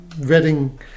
wedding